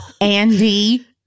Andy